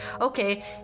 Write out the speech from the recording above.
Okay